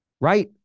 right